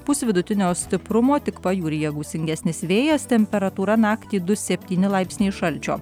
pūs vidutinio stiprumo tik pajūryje gūsingesnis vėjas temperatūra naktį du septyni laipsniai šalčio